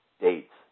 dates